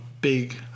big